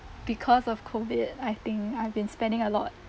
because of COVID I think I've been spending a lot